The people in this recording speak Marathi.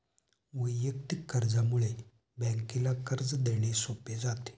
वैयक्तिक कर्जामुळे बँकेला कर्ज देणे सोपे जाते